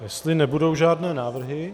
Jestli nebudou žádné návrhy...